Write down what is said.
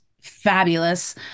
fabulous